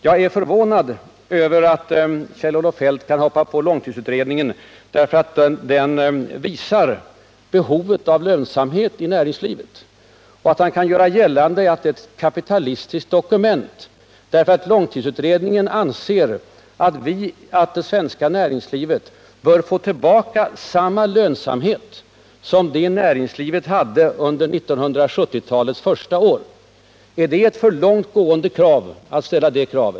Jag är förvånad över att Kjell-Olof Feldt kan hoppa på långtidsutredningen, därför att den visar behovet av lönsamhet i näringslivet. Han vill göra gällande att utredningens betänkande är ett kapitalistiskt dokument bara därför att långtidsutredningen anser att det svenska näringslivet bör få tillbaka en del av den lönsamhet som näringslivet hade under 1970-talets första år. Är det ett alltför långtgående krav?